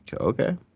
Okay